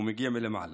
הוא מגיע מלמעלה".